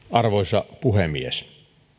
arvoisa puhemies